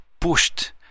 pushed